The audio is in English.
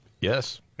Yes